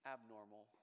Abnormal